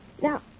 Now